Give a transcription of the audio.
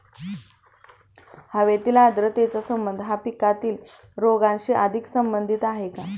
हवेतील आर्द्रतेचा संबंध हा पिकातील रोगांशी अधिक संबंधित आहे का?